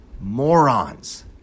Morons